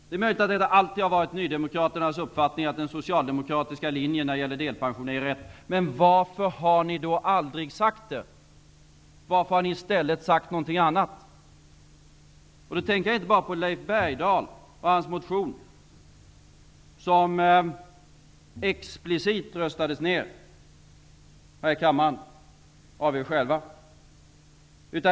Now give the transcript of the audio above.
Det är möjligt att det alltid har varit Nydemokraternas uppfattning att den socialdemokratiska linjen när det gäller delpensioneringen är rätt. Men varför har ni då aldrig sagt det? Varför har ni i stället sagt någonting annat? Jag tänker här inte bara på Leif Bergdahl och hans motion, som explicit röstades ner här i kammaren av er själva.